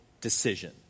decision